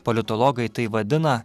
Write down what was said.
politologai tai vadina